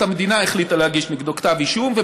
המדינה החליטה להגיש נגדו כתב אישום,